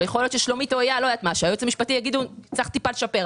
ויכול להיות ששלומית או אייל יגידו שצריך לשפר אותו,